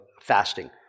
fasting